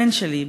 הבן שלי,